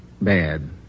bad